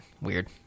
weird